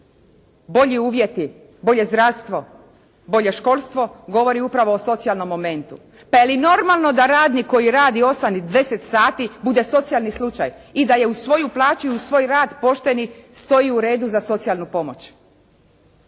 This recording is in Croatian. bolji uvjeti, bolje zdravstvo, bolje školstvo govori upravo o socijalnom momentu. Pa je li normalno da radnik koji radi osam ili deset sati bude socijalni slučaj i da je uz svoju plaću i uz svoj rad pošten i stoji u redu za socijalnu pomoć.